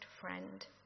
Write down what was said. friend